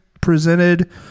presented